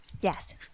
Yes